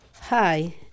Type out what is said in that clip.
Hi